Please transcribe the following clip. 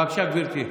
קודם כול,